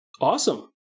Awesome